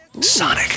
Sonic